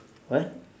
what